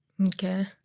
Okay